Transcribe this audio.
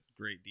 great